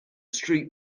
street